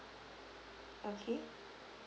okay